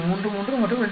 33 மற்றும் 2